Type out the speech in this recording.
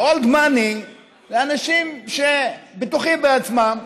ה-old money הם אנשים שבטוחים בעצמם,